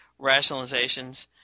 rationalizations